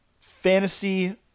fantasy